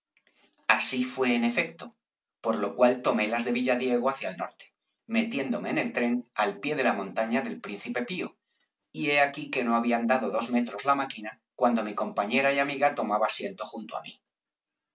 así fué en efecto por lo cual tomó las de villadiego hacia el norte metiéndome en el tren al pie de la montaña del príncipe pío y he aquí que no había andado dos metros la máquina cuando mi compañera y amiga tomaba asiento junto á mí